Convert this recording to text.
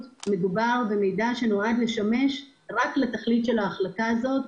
מדובר במידע שנועד לשמש רק לתכלית ההחלטה הזאת.